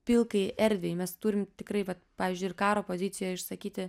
pilkai erdvei mes turim tikrai vat pavyzdžiui ir karo pozicijoj išsakyti